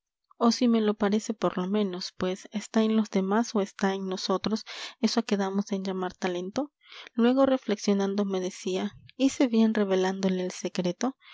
o así me lo parece por lo menos pues está en los demás o está en nosotros eso a que damos en llamar talento luego reflexionando me decía hice bien revelándole el secreto